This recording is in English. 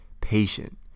Patient